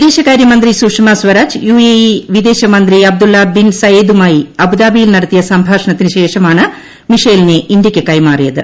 വിദേശകാര്യമന്ത്രിസുഷമാ Swaraj U A E വിദേശമന്ത്രി Abdullah bin സയേദുമായി അബുദാബിയിൽ നടത്തിയ സംഭാഷണത്തിന് ശേഷമാണ് മിഷേലിനെ ഇന്ത്യയ്ക്ക് കൈമാറിയത്